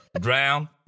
Drown